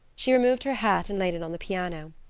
she removed her hat and laid it on the piano.